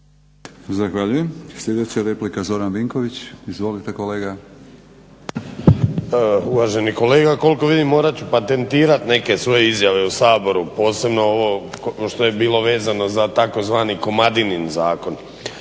Zahvaljujem. Sljedeća replika, Zoran Vinković. Izvolite kolega. **Vinković, Zoran (HDSSB)** Uvaženi kolega koliko vidim morat ću patentirati neke svoje izjave u Saboru, posebno ovo što je bilo vezano za tzv. Komadinin zakon.